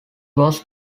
was